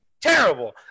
terrible